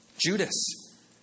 Judas